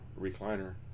recliner